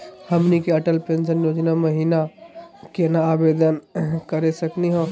हमनी के अटल पेंसन योजना महिना केना आवेदन करे सकनी हो?